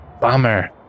Bummer